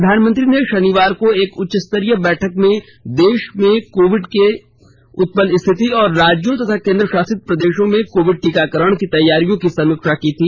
प्रधानमंत्री ने शनिवार को एक उच्चस्तरीय बैठक में देश में कोविड से उत्पन्न स्थिति और राज्यों तथा केन्द्र शासित प्रदेशों में कोविड टीकाकरण की तैयारियों की समीक्षा की थी